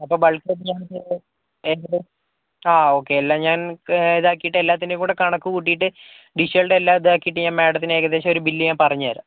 അപ്പോൾ ബൾക്കായിട്ട് ഞങ്ങൾക്ക് ആ ഓക്കെ എല്ലാം ഞാൻ ഇതാക്കിയിട്ട് എല്ലാത്തിൻ്റേയും കൂടെ കണക്കു കൂട്ടിയിട്ട് ഡിഷുകളുടെ എല്ലാം ഇതാക്കിയിട്ട് ഞാൻ മാഡത്തിന് ഏകദേശം ഒരു ബില്ല് ഞാൻ പറഞ്ഞുതരാം